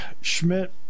Schmidt